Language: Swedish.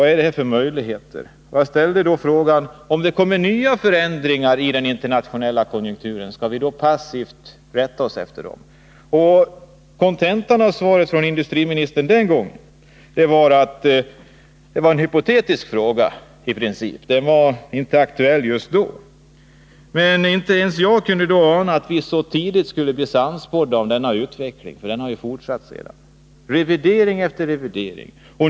Vi frågade också om vi passivt skulle rätta oss efter eventuella nya förändringar i den internationella konjunkturen. Kontentan av industriministerns svar den gången var att vi hade ställt en hypotetisk fråga, som i princip inte var aktuell just då. Inte ens jag kunde vid det tillfället ana att vi så tidigt skulle bli sannspådda om utvecklingen. Den har nämligen fortsatt med revidering efter revidering.